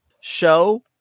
show